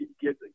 get